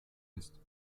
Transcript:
ist